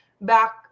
back